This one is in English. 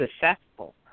successful